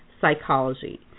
psychology